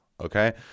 Okay